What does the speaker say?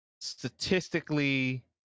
statistically